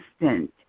instant